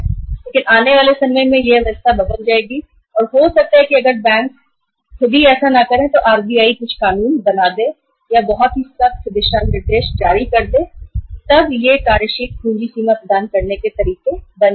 लेकिन आने वाले समय में यह व्यवस्था बदल जाएगी और हो सकता है बैंक खुद ऐसा ना करें पर RBI कुछ कानून बना सकता है या बहुत सख्त दिशा निर्देश जारी कर सकता है कि यह अब कार्यशील पूँजी सीमा प्रदान करने के तरीके होंगे